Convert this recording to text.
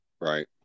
Right